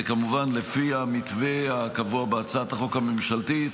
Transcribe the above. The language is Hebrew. וכמובן לפי המתווה הקבוע בהצעת החוק הממשלתית